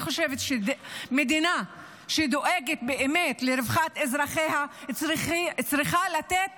אני חושבת שמדינה שדואגת באמת לרווחת אזרחיה צריכה לתת